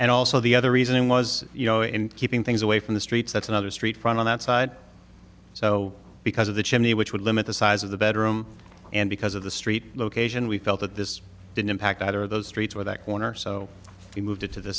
and also the other reason was you know in keeping things away from the streets that's another street front on that side so because of the chimney which would limit the size of the bedroom and because of the street location we felt that this didn't impact either of those streets were that corner so we moved it to the